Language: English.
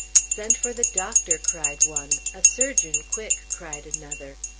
send for the doctor! cried one. a surgeon, quick! cried another.